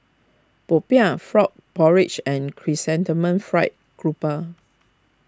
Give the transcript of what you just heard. Popiah Frog Porridge and Chrysanthemum Fried Grouper